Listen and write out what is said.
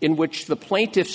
in which the plaintiffs